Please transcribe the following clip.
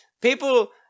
people